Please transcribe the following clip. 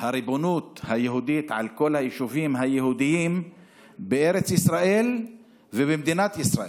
הריבונות היהודית על כל היישובים היהודיים בארץ ישראל ובמדינת ישראל.